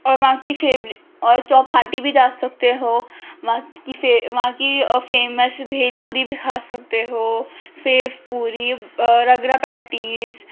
اور وہاں کی فیورٹ اور چوپاٹی بھی جاسکتے ہو وہاں کی وہاں کی فیمس بھیل پوری بھی کھا سکتے ہو بھیل پوری رگرا پیٹیز